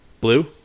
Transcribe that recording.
Blue